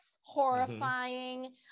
horrifying